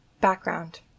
Background